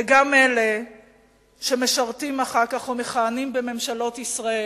וגם אלה שמשרתים אחר כך ומכהנים אחר כך בממשלות ישראל,